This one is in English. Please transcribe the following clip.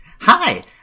Hi